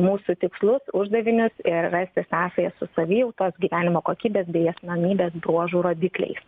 mūsų tikslus uždavinius ir rasti sąsajas su savijautos gyvenimo kokybės bei asmenybės bruožų rodikliais